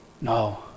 No